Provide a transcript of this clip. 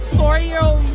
four-year-old